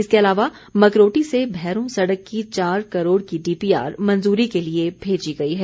इसके अलावा मकरोटी से भैरों सड़क की चार करोड़ की डीपीआर मंजूरी के लिए भेजी गई है